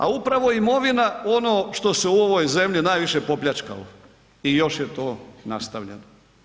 A upravo je imovina ono što se u ovoj zemlji najviše popljačkalo i još je to nastavljeno.